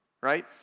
right